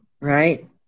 Right